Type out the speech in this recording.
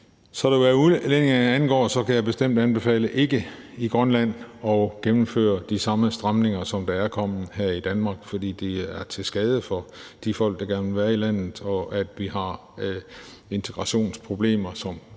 videre. Hvad udlændingene angår, kan jeg bestemt anbefale ikke at gennemføre de samme stramninger i Grønland, som der er kommet her i Danmark, fordi de er til skade for de folk, der gerne vil være i landet, og vi har integrationsproblemer, som er